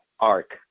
arc